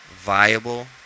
viable